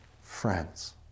Friends